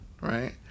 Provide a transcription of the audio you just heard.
right